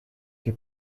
che